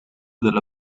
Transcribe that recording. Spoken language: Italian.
della